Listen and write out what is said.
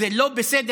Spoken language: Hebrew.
זה לא בסדר,